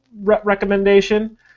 recommendation